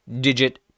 digit